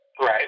Right